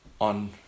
on